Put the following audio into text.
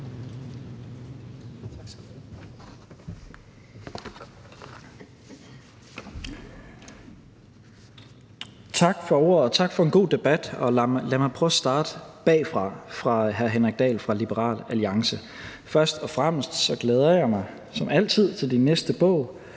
Tak for ordet, og tak for en god debat. Lad mig prøve at starte bagfra med hr. Henrik Dahl fra Liberal Alliance. Først og fremmest glæder jeg mig – som altid – til din næste bog,